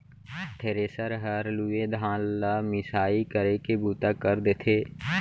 thresher हर लूए धान ल मिसाई करे के बूता कर देथे